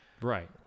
Right